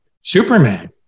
Superman